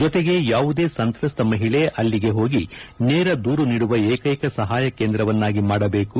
ಜೊತೆಗೆ ಯಾವುದೇ ಸಂತ್ರಸ್ತ ಮಹಿಳೆ ಅಲ್ಲಿಗೆ ಹೋಗಿ ನೇರ ದೂರು ನೀಡುವ ಏಕೈಕ ಸಹಾಯ ಕೇಂದ್ರವನ್ನಾಗಿ ಮಾಡಬೇಕು